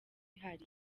ihari